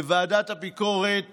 לוועדת הביקורת